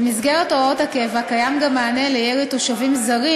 במסגרת הוראות הקבע קיים גם מענה לירי תושבים זרים